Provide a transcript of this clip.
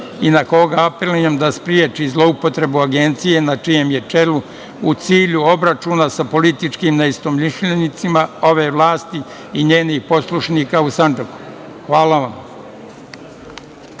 i na koga apelujem da spreči zloupotrebu Agencije, na čijem je čelu, u cilju obračuna sa političkim neistomišljenicima ove vlasti i njenih poslušnika u Sandžaku. Hvala.